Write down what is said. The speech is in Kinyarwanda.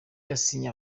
yasinye